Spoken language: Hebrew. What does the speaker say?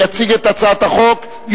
עבר בקריאה שלישית,